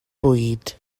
bwyd